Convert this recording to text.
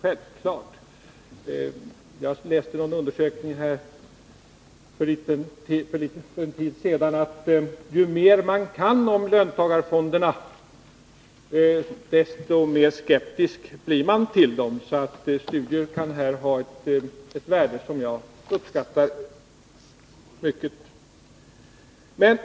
Jag läste i någon undersökning för en tid sedan att ju mer man kan om löntagarfonder, desto mer skeptisk blir man till dem, så studier kan här ha ett värde som jag uppskattar mycket.